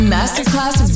Masterclass